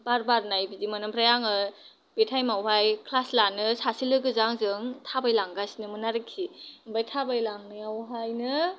बार बारनाय बिदिमोन ओमफ्राय आङो बे तायेमाव हाय क्लास लानो सासे लोगोजों आंजों थाबाय लांगासिनोमोन आरोखि ओमफाय थाबायलांनायाव हायनो